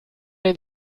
den